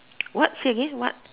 what say again what